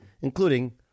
including